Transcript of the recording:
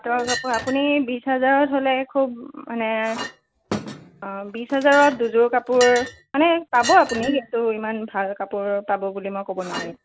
পাটৰ কাপোৰ আপুনি বিশ হাজাৰত হ'লে খুব মানে বিশ হাজাৰত দুযোৰ কাপোৰ মানে পাব আপুনি কিন্তু ইমান ভাল কাপোৰ পাব বুলি মই কব নোৱাৰিম